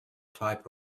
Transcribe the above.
type